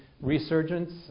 resurgence